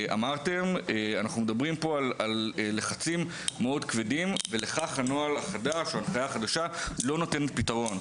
אנחנו מדברים פה על לחצים מאוד כבדים שהנוהל החדש לא נותן להם פתרון.